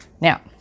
Now